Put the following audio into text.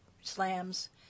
slams